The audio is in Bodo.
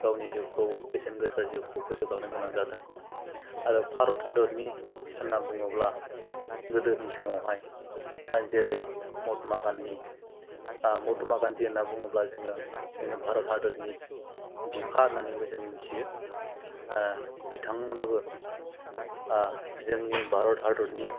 गावनि जिउखौ बेसेन गोसा जिउखौ फोजोबलांनो गोनां जादों आरो भारत हादरनि होन्ना बुङोब्ला गोदोनि समावहाइ जेरै महात्मा गान्धी महात्मा गान्धी होन्नानै बुङोब्ला जोङो जोंनि भारत हादरनि बिफा होन्नानैबो जों मोनथियो बिथांमोनाबो जोंनि भारत हादरनि